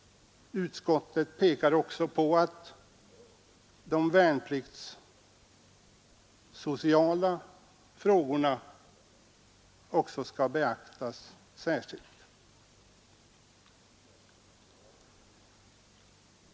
Det bör också påpekas att de värnpliktssociala frågorna skall beaktas särskilt.